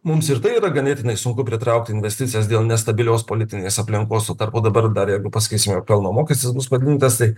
mums ir tai yra ganėtinai sunku pritraukti investicijas dėl nestabilios politinės aplinkos tuo tarpu dabar dar jeigu pasakysime pelno mokestis bus padidintas tai